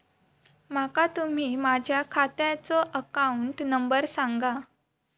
माका तुम्ही माझ्या खात्याचो अकाउंट नंबर सांगा?